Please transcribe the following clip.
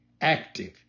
active